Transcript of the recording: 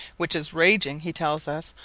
which is raging, he tells us,